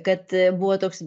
kad buvo toks